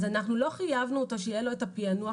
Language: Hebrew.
אז אנחנו לא חייבנו שיהיה לו את הפענוח